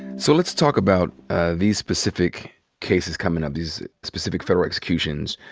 so let's talk about ah these specific cases coming up, these specific federal executions.